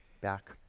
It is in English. Back